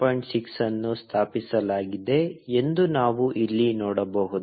6 ಅನ್ನು ಸ್ಥಾಪಿಸಲಾಗಿದೆ ಎಂದು ನಾವು ಇಲ್ಲಿ ನೋಡಬಹುದು